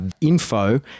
info